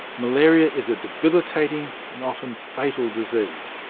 malaria is a debilitating, and often fatal, disease.